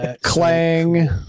Clang